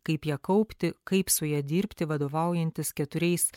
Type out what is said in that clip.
kaip ją kaupti kaip su ja dirbti vadovaujantis keturiais